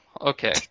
okay